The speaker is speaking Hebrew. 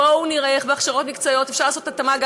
בואו נראה איך בהכשרות מקצועיות אפשר לעשות התאמה גם